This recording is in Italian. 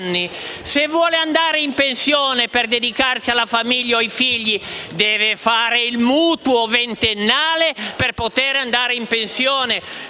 se vogliono andare in pensione per dedicarsi alla famiglia o ai figli, devono stipulare un nuovo mutuo ventennale per poter andare in pensione.